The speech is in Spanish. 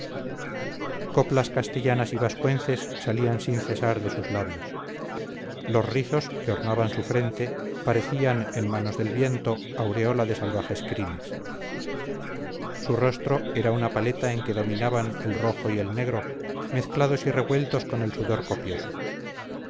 coplas castellanas y vascuences salían sin cesar de sus labios los rizos que ornaban su frente parecían en manos del viento aureola de salvajes crines su rostro era una paleta en que dominaban el rojo y el negro mezclados y revueltos por el sudor copioso